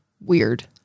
weird